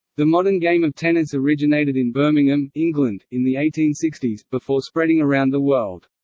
the modern game of tennis originated in birmingham, england, in the eighteen sixty s, before spreading around the world.